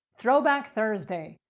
throwback thursday.